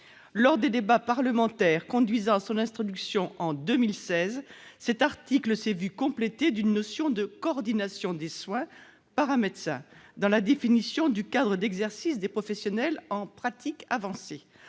Lors des débats parlementaires conduisant à son introduction en 2016, cet article a été complété par une notion de « coordination des soins par un médecin » dans la définition du cadre d'exercice des professionnels en pratique avancée.